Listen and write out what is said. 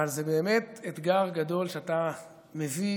אבל זה באמת אתגר גדול שאתה מביא